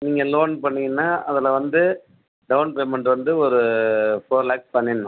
நீங்கள் லோன் பண்ணீங்கனால் அதில் வந்து டவுன் பேமெண்ட் வந்து ஒரு ஃபோர் லேக்ஸ் பண்ணிடணும்